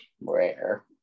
Rare